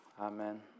Amen